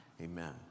amen